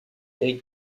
eric